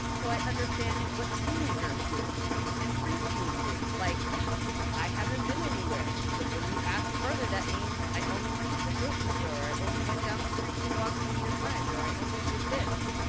so i understand what teenagers do and preteens do. like i haven't been anywhere, but when you ask further, that means, i only went to the grocery store or i only went down the street to walk to meet a friend, or i only did this.